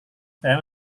saya